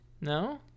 No